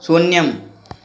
शून्यम्